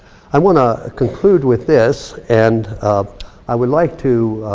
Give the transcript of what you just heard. i wanna conclude with this and i would like to,